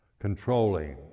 controlling